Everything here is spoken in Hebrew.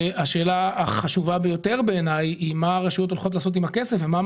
השאלה החשובה ביותר בעיני היא מה הרשויות הולכות לעשות עם הכסף ומה הם